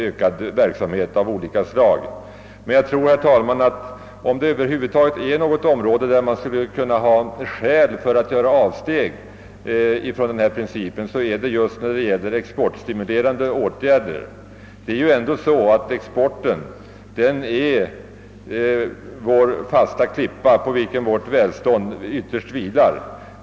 Men om man på något område kan finna skäl för att göra avsteg från den principen, så är det just när det gäller exportstimulerande åtgärder. Exporten är den fasta klippa på vilken vårt välstånd ytterst vilar.